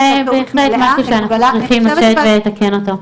זה בהחלט משהו שאנחנו צריכים לתקן אותו.